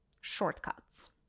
shortcuts